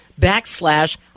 backslash